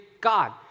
God